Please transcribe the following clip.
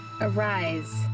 Arise